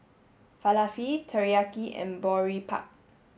Falafel Teriyaki and Boribap